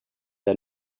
der